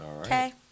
Okay